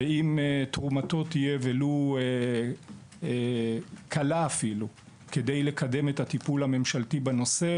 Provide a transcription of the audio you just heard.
ואם תרומתו תהיה ולו קלה אפילו כדי לקדם את הטיפול הממשלתי בנושא